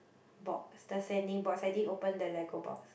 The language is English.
box the Sany box I didn't open the Lego box